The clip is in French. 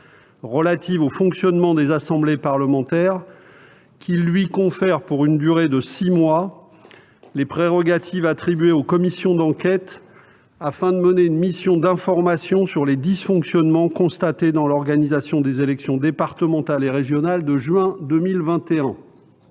relative au fonctionnement des assemblées parlementaires, qu'il lui confère, pour une durée de six mois, les prérogatives attribuées aux commissions d'enquête afin de mener une mission d'information sur les dysfonctionnements constatés dans l'organisation des élections départementales et régionales de juin 2021.